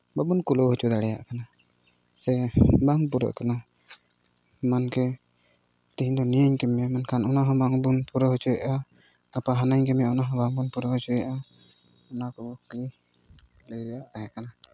ᱵᱟᱵᱚᱱ ᱠᱩᱲᱟᱹᱣ ᱦᱚᱪᱚ ᱫᱟᱲᱮᱭᱟᱜ ᱠᱟᱱᱟ ᱥᱮ ᱵᱟᱝ ᱯᱩᱨᱟᱹᱜ ᱠᱟᱱᱟ ᱮᱢᱚᱱᱠᱤ ᱛᱮᱦᱮᱧ ᱫᱚ ᱱᱤᱭᱟᱹᱧ ᱠᱟᱹᱢᱤᱭᱟ ᱢᱮᱱᱠᱷᱟᱱ ᱚᱱᱟᱦᱚᱸ ᱵᱟᱝᱵᱚᱱ ᱯᱩᱨᱟᱹᱣ ᱦᱚᱪᱚᱭᱮᱫᱼᱟ ᱜᱟᱯᱟ ᱦᱟᱱᱟᱧ ᱠᱟᱹᱢᱤᱭᱟ ᱚᱱᱟᱦᱚᱸ ᱵᱟᱝᱵᱚᱱ ᱯᱩᱨᱟᱹᱣ ᱦᱚᱪᱚᱭᱮᱫᱼᱟ ᱚᱱᱟ ᱠᱚᱜᱮ ᱞᱟᱹᱭ ᱨᱮᱭᱟᱜ ᱛᱟᱦᱮᱸᱠᱟᱱᱟ